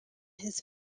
his